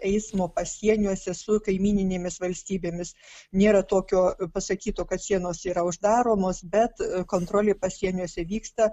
eismo pasieniuose su kaimyninėmis valstybėmis nėra tokio pasakyto kad sienos yra uždaromos bet kontrolė pasieniuose vyksta